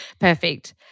Perfect